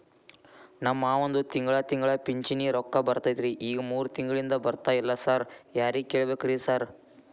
ನಮ್ ಮಾವಂದು ತಿಂಗಳಾ ತಿಂಗಳಾ ಪಿಂಚಿಣಿ ರೊಕ್ಕ ಬರ್ತಿತ್ರಿ ಈಗ ಮೂರ್ ತಿಂಗ್ಳನಿಂದ ಬರ್ತಾ ಇಲ್ಲ ಸಾರ್ ಯಾರಿಗ್ ಕೇಳ್ಬೇಕ್ರಿ ಸಾರ್?